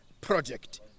Project